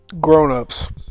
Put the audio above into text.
Grown-ups